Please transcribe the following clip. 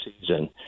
season